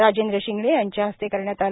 राजेंद्र शिंगणे यांच्या हस्ते करण्यात आले